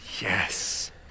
Yes